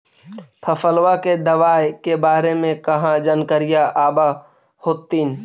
फसलबा के दबायें के बारे मे कहा जानकारीया आब होतीन?